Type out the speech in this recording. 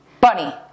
Bunny